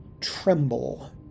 tremble